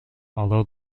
although